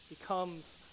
becomes